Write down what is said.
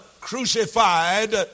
crucified